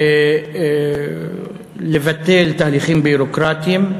לבטל תהליכים ביורוקרטיים,